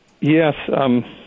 Yes